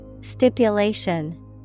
Stipulation